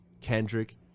kendrick